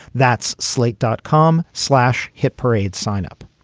that's slate dot com. slash hit parade. sign up.